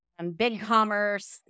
BigCommerce